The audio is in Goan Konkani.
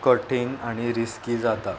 कठीण आनी रिस्की जाता